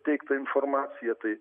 teiktą informaciją tai